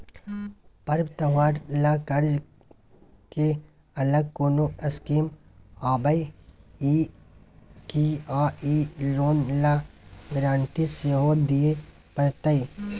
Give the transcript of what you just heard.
पर्व त्योहार ल कर्ज के अलग कोनो स्कीम आबै इ की आ इ लोन ल गारंटी सेहो दिए परतै?